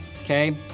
okay